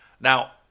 Now